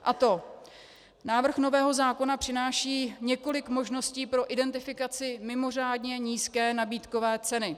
A to: Návrh nového zákona přináší několik možností pro identifikaci mimořádně nízké nabídkové ceny.